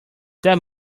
that